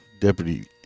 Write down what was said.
Deputy